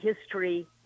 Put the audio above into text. history